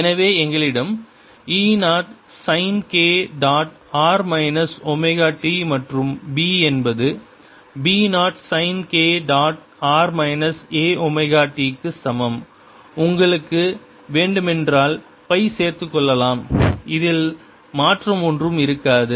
எனவே எங்களிடம் e 0 sine k dot r minus omega t மற்றும் b என்பது b 0 sine k dot r minus a omega t க்கு சமம் உங்களுக்கு வேண்டுமென்றால் பை சேர்த்துக் கொள்ளலாம் இதில் மாற்றம் ஒன்றும் இருக்காது